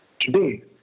today